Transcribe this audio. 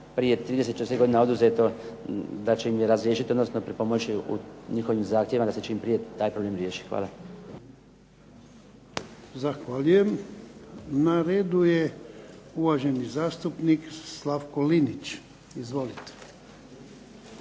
prije 30, 40 godina oduzeto, da će im pripomoći u njihovim zahtjevima da se čim prije taj problem riješi. Hvala. **Šeks, Vladimir (HDZ)** Zahvaljujem. Na redu je uvaženi zastupnik Slavko LInić. Izvolite.